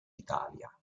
italia